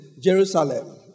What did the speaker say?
Jerusalem